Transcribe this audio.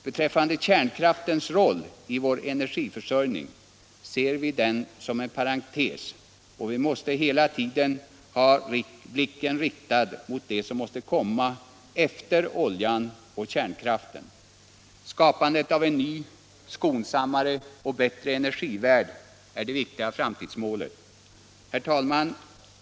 Beträffande kärnkraftens roll i vår energiförsörjning ser vi den som en parentes och vi måste hela tiden ha blicken riktad mot det som måste komma efter oljan och kärnkraften. Skapande av en ny, skonsammare och bättre energivärld är det viktiga framtidsmålet. Herr talman!